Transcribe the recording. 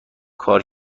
کار